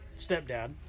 stepdad